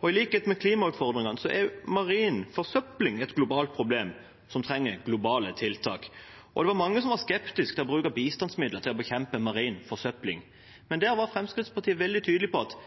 I likhet med klimautfordringene er marin forsøpling et globalt problem som trenger globale tiltak. Det var mange som var skeptisk til å bruke bistandsmidler til å bekjempe marin forsøpling, men der var Fremskrittspartiet veldig tydelig på at